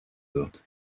wird